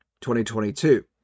2022